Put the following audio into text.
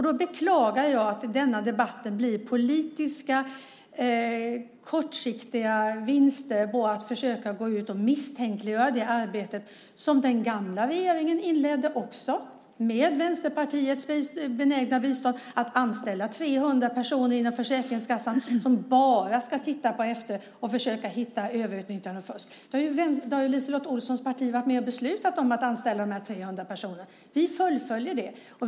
Då beklagar jag att det i denna debatt blir fråga om korta politiska vinster med att gå ut och misstänkliggöra det arbete där den gamla regeringen, med Vänsterpartiets benägna bistånd, beslutade att anställa 300 personer inom Försäkringskassan som bara ska försöka hitta överutnyttjande och fusk. LiseLotte Olssons parti har varit med om att besluta om att anställa dessa 300 personer. Vi fullföljer det.